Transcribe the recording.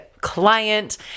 client